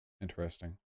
interesting